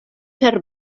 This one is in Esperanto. per